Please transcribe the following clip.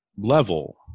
level